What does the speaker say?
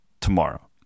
tomorrow